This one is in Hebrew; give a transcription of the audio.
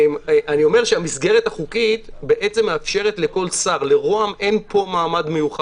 המסגרת החוקית מאפשרת לכל שר, לראש הממשלה